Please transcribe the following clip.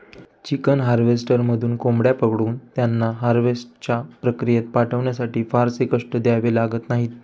chicken हार्वेस्टरमधून कोंबड्या पकडून त्यांना हार्वेस्टच्या प्रक्रियेत पाठवण्यासाठी फारसे कष्ट घ्यावे लागत नाहीत